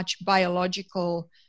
biological